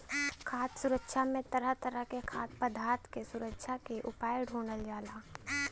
खाद्य सुरक्षा में तरह तरह के खाद्य पदार्थ के सुरक्षा के उपाय ढूढ़ल जाला